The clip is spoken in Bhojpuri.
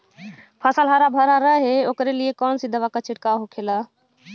फसल हरा भरा रहे वोकरे लिए कौन सी दवा का छिड़काव होखेला?